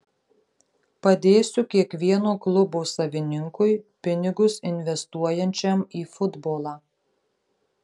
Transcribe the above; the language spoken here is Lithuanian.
padėsiu kiekvieno klubo savininkui pinigus investuojančiam į futbolą